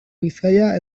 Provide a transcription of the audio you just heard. bizkaia